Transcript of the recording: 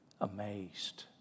amazed